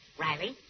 Riley